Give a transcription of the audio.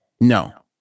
No